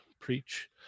Preach